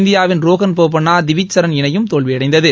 இந்தியாவின் ரோகன் போப்பண்ணா திவிஜ் சரண் இணையும் தோல்வியடைந்தது